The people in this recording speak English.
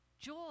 joy